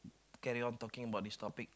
carry on talking about this topic